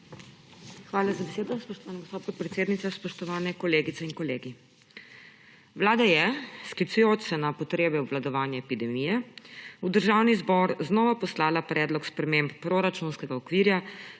Hvala za besedo, spoštovana gospa podpredsednica. Spoštovane kolegice in kolegi! Vlada je, sklicujoč se na potrebe obvladovanja epidemije, v Državni zbor znova poslala predlog sprememb proračunskega okvira,